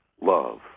love